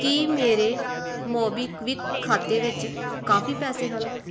ਕੀ ਮੇਰੇ ਮੋਬੀਕਵਿਕ ਖਾਤੇ ਵਿੱਚ ਕਾਫ਼ੀ ਪੈਸੇ ਹਨ